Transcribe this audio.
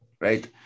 Right